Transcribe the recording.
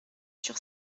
sur